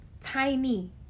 tiny